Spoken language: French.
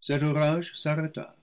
cet orage s'arrêta